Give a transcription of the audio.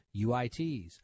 UITs